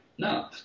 No